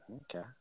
Okay